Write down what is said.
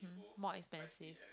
more expensive